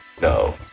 No